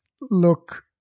look